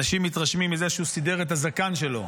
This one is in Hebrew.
אנשים מתרשמים מזה שהוא סידר את הזקן שלו.